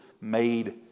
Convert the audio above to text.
made